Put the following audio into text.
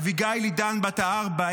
אביגיל עידן בת הארבע,